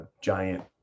giant